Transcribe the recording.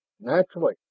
Naturally